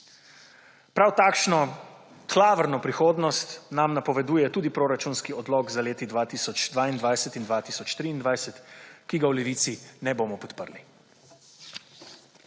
Prav takšno klavrno prihodnost nam napoveduje tudi proračunski odlok za leti 2022 in 2023, ki ga v Levici ne bomo podprli.